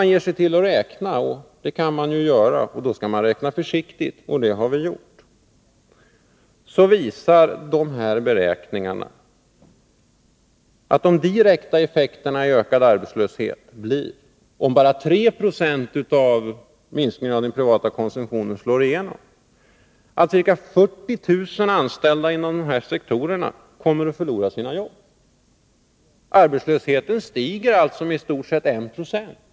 Ger man sig till att räkna — det kan man göra men då skall man räkna försiktigt, och det har vi gjort — visar det sig att de direkta effekterna i form av ökad arbetslöshet blir, om bara 3 970 av minskningen av den privata konsumtionen slår igenom, att ca 40 000 anställda inom de här sektorerna kommer att förlora sina jobb. Arbetslösheten stiger alltså med i stort sett 1 90.